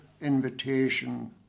invitation